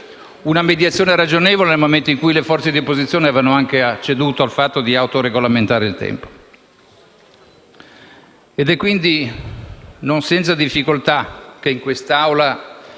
una mediazione ragionevole, nel momento in cui le forze di opposizione avevano anche ceduto al fatto di autoregolamentare il tempo. È quindi non senza difficoltà che in quest'Assemblea